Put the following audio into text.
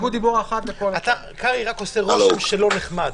הסתייגות דיבור אחת לכל --- קרעי רק עושה רושם של לא נחמד,